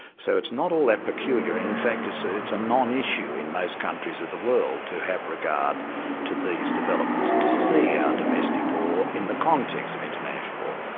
so it's not all that peculiar, in in fact it's it's a non-issue in most countries of the world to have regard to these developments and to see our ah domestic law in the context of international.